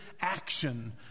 action